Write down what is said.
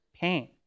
pain